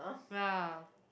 ya